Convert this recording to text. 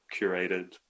curated